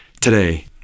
today